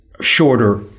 shorter